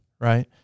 right